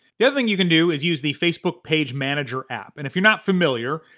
the other thing you can do is use the facebook page manager app, and if you're not familiar,